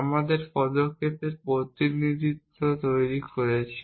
আমরা পদক্ষেপের প্রতিনিধিত্ব তৈরি করেছি